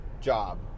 job